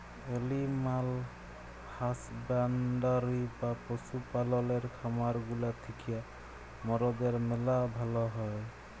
animal husbandry বা পশু পাললের খামার গুলা থিক্যা মরদের ম্যালা ভালা হ্যয়